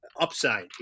upside